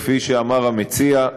כפי שאמר המציע,